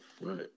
right